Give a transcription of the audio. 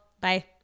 Bye